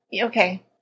okay